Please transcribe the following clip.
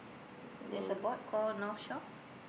there's a board called North Shore